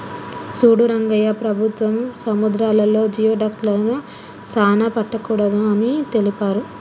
సూడు రంగయ్య ప్రభుత్వం సముద్రాలలో జియోడక్లను సానా పట్టకూడదు అని తెలిపారు